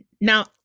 Now